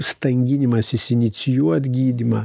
stanginimasis inicijuot gydymą